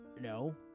No